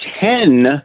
ten